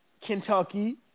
Kentucky